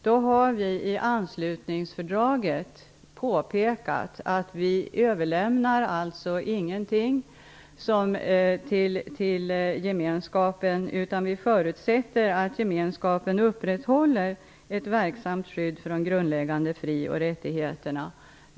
Då har vi i anslutningsfördraget påpekat att vi inte överlämnar någonting till gemenskapen, utan vi förutsätter att gemenskapen upprätthåller ett verksamt skydd för de grundläggande fri och rättigheterna.